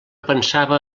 pensava